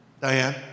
Diane